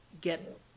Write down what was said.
get